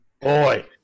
Boy